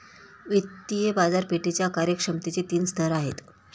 वित्तीय बाजारपेठेच्या कार्यक्षमतेचे तीन स्तर आहेत